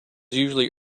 usually